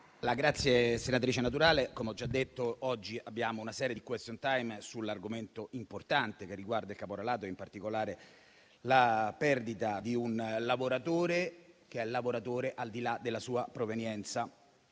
foreste*. Senatrice Naturale, come ho già detto, oggi abbiamo una serie di *question time* su un argomento importante, che riguarda il caporalato e in particolare la perdita di un lavoratore, che è lavoratore al di là della sua provenienza.